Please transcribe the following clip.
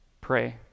Pray